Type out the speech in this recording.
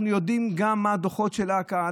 אנחנו יודעים גם מה הדוחות של אכ"א.